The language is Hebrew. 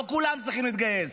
לא כולם צריכים להתגייס.